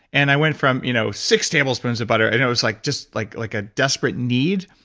and i went from you know six tablespoons of butter, and it was like just like like a desperate need,